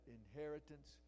inheritance